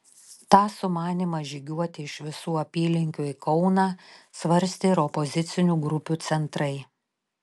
tą sumanymą žygiuoti iš visų apylinkių į kauną svarstė ir opozicinių grupių centrai